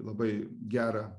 labai gerą